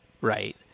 right